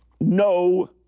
No